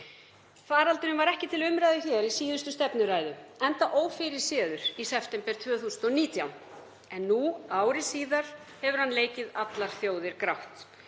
Faraldurinn var ekki til umræðu í síðustu stefnuræðu enda ófyrirséður í september 2019. En nú ári síðar hefur hann leikið allar þjóðir grátt.